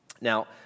Now